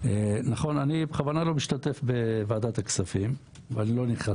אני בכוונה לא משתתף בוועדת הכספים ואני לא נכנס